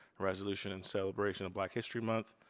resolution and celebration of black history month,